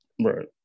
Right